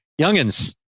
youngins